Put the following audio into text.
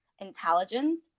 intelligence